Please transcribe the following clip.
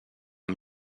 amb